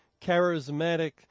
charismatic